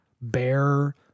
bear